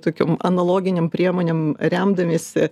tokiom analoginėm priemonėm remdamiesi